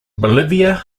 bolivia